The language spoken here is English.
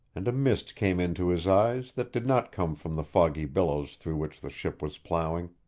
and a mist came into his eyes that did not come from the foggy billows through which the ship was plowing.